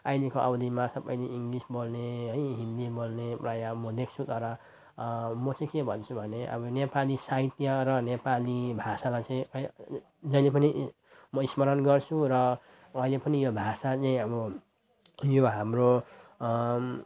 अहिलेको अवधिमा सबैले इङ्लिस बोल्ने है हिन्दी बोल्ने प्रायः म देख्छु तर म चाहिँ के भन्छु भने अब नेपाली साहित्य र नेपाली भाषालाई चाहिँ जहिले पनि म स्मरण गर्छु र अहिले पनि यो भाषा चाहिँ अब यो हाम्रो